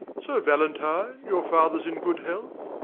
sir valentine, your father is in good health.